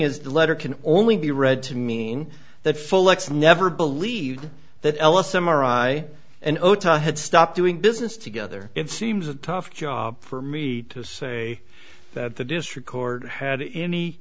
is the letter can only be read to mean that full x never believed that l s m r i and otoh had stopped doing business together it seems a tough job for me to say that the district court had any